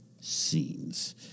scenes